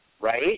right